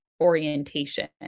orientation